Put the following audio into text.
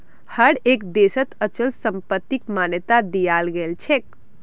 हर एक देशत अचल संपत्तिक मान्यता दियाल गेलछेक